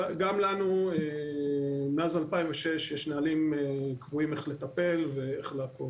גם לנו מאז 2006 יש נהלים קבועים איך לטפל ולעקוב,